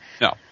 No